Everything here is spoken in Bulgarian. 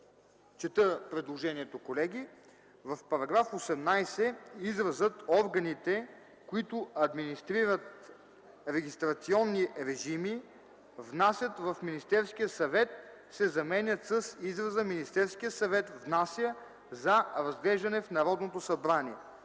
чета предложението: „В § 18 изразът „органите, които администрират регистрационни режими, внасят в Министерския съвет” се заменя с израза „Министерският съвет внася за разглеждане в Народното събрание”.